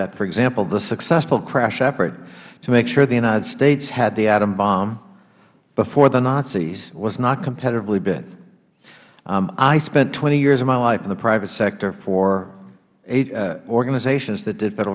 that for example the successful crash effort to make sure the united states had the atom bomb before the nazis was not competitively bid i spent twenty years of my life in the private sector for organizations that did